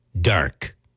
Dark